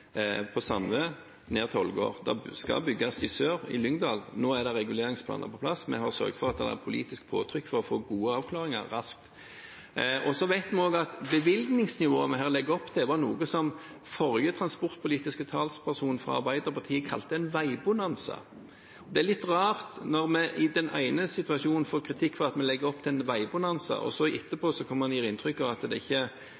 ned til Ålgård. Det skal bygges i sør, i Lyngdal. Nå er reguleringsplaner på plass. Vi har sørget for at det er politisk påtrykk for å få gode avklaringer raskt. Så vet vi at bevilgningsnivået vi her legger opp til, er noe som den forrige transportpolitiske talspersonen fra Arbeiderpartiet kalte en veibonanza. Det er litt rart når vi i den ene situasjonen får kritikk for at vi legger opp til en veibonanza, og så gir man etterpå inntrykk av at det ikke er